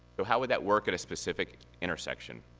so how would that work at a specific intersection?